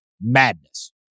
madness